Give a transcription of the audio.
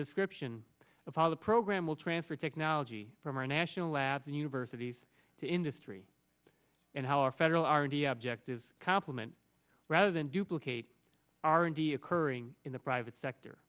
description of how the program will transfer technology from our national labs and universities to industry and how our federal r and d objectives complement rather than duplicate r and d occurring in the private sector